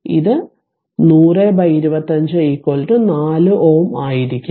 ഇത് 100254 Ω ആയിരിക്കും